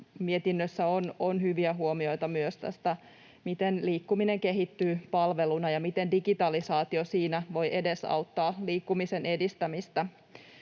mietinnössä on hyviä huomioita myös tästä, miten liikkuminen kehittyy palveluna ja miten digitalisaatio siinä voi edesauttaa liikkumisen edistämistä.